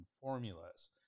formulas